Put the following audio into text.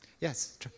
Yes